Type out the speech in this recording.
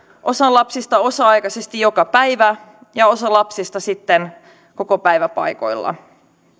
osa lapsista osa aikaisesti joka päivä ja osa lapsista sitten kokopäiväpaikoilla